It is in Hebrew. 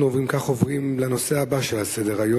אנחנו, אם כך, עוברים לנושא הבא על סדר-היום,